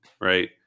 right